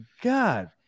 God